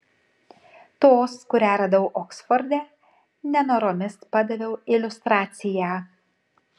tos kurią radau oksforde nenoromis padaviau iliustraciją